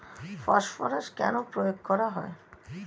Phosphorus কেন প্রয়োগ করা হয়?